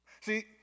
See